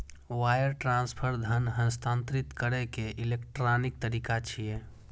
wire transfer धन हस्तांतरित करै के इलेक्ट्रॉनिक तरीका छियै